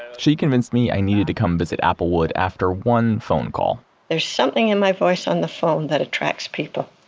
she convinced me i needed to come visit appelwood after one phone call there is something in my voice on the phone that attracts people.